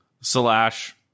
Slash